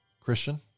Christian